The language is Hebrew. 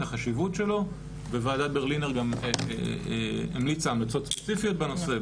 החשיבות שלו וועדת ברלינר המליצה המלצות ספציפיות בנושא,